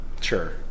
Sure